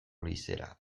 leizera